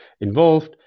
involved